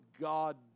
God